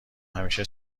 همیشه